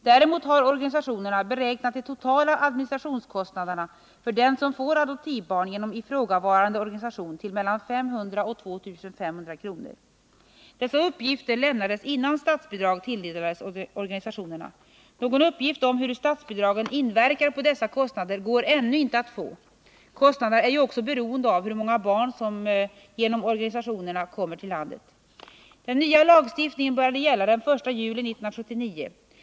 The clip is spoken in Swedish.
Däremot har organisationerna beräknat de totala administrationskostnaderna för den som får adoptivbarn genom ifrågavarande organisation till mellan 500 och 2500 kr. Dessa uppgifter lämnades innan statsbidrag tilldelades organisationerna. Någon uppgift om hur statsbidragen inverkar på dessa kostnader går ännu inte att få. Kostnaderna är ju också beroende av hur många barn som genom organisationerna kommer till landet. Den nya lagstiftningen började gälla den 1 juli 1979.